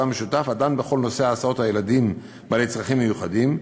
משותף הדן בכל נושא הסעות הילדים עם צרכים מיוחדים,